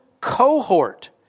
cohort